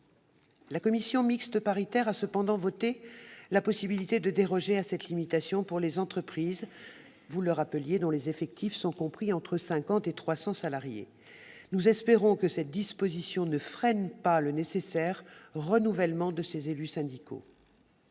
La commission mixte paritaire a cependant adopté la possibilité de déroger à cette limitation, cela a été rappelé, pour les entreprises dont les effectifs sont compris entre 50 et 300 salariés. Nous espérons que cette disposition ne freinera pas le nécessaire renouvellement des élus syndicaux